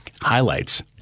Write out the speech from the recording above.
highlights